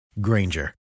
Granger